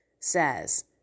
says